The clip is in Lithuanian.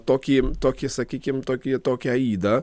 tokį tokį sakykim tokį tokią ydą